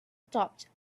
stopped